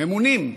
ממונים,